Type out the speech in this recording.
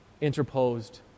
interposed